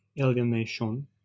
alienation